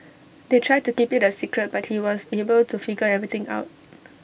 they tried to keep IT A secret but he was able to figure everything out